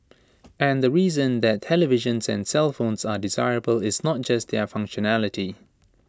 and the reason that televisions and cellphones are desirable is not just their functionality